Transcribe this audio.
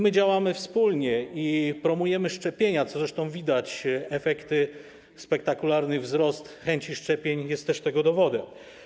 My działamy wspólnie i promujemy szczepienia, zresztą widać efekty, spektakularny wzrost chęci szczepień też jest tego dowodem.